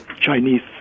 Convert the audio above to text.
Chinese